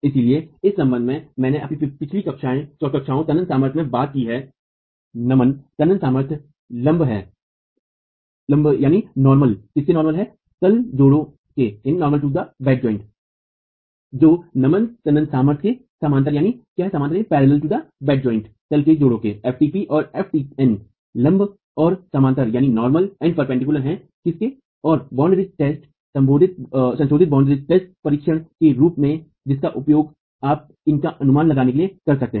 इसलिए इस संबंध कि मैंने अपनी पिछली कक्षाओं तनन सामर्थ्य में बात की है नमन तनन सामर्थ्य लम्ब है तल जोड़ों के जो नमन तनन सामर्थ्य के समान्तर है तल जोड़ों के ftn और ftp लम्ब और समान्तर और बॉन्ड रिंच टेस्ट संशोधित बॉन्ड रिंच टेस्ट परीक्षण के रूप में जिसका उपयोग आप इनका अनुमान लगाने के लिए कर सकते हैं